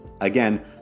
Again